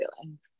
feelings